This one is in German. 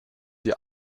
dir